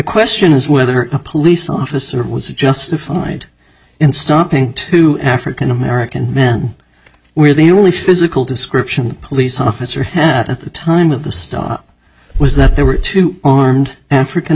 question is whether a police officer was justified in stopping two african american men where the only physical description police officer had at the time of the stop was that there were two armed african